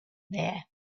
there